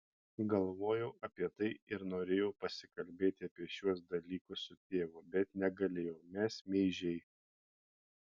galvojau apie tai ir norėjau pasikalbėti apie šiuos dalykus su tėvu bet negalėjau mes meižiai